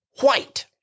white